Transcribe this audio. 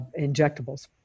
injectables